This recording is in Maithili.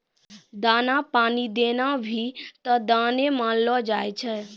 दाना पानी देना भी त दाने मानलो जाय छै